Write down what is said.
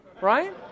Right